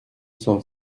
cent